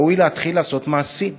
ראוי להתחיל לעשות מעשים.